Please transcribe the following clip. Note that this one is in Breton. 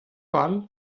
pal